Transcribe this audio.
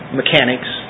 mechanics